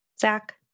Zach